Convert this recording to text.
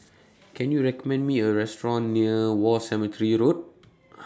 Can YOU recommend Me A Restaurant near War Cemetery Road